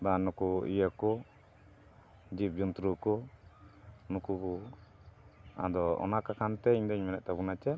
ᱵᱟᱝ ᱱᱩᱠᱩ ᱤᱭᱟᱹ ᱠᱚ ᱡᱤᱵᱽ ᱡᱚᱱᱛᱨᱩ ᱠᱚ ᱱᱩᱠᱩ ᱠᱚ ᱟᱫᱚ ᱚᱱᱟ ᱠᱟᱠᱷᱟᱱ ᱛᱮ ᱤᱧ ᱫᱩᱧ ᱢᱮᱱᱮᱫ ᱛᱟᱵᱚᱱᱟ ᱪᱮᱫ